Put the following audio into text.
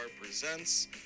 Presents